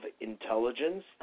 intelligence